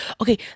okay